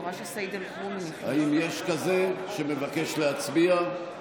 האם יש כזה שמבקש להצביע?